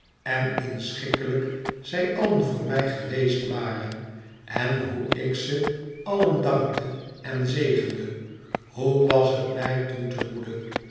en inschikkelijk zij allen voor mij geweest waren en hoe ik ze allen dankte en zegende hoe was het mij toen te moede